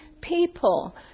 people